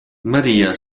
maria